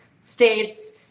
states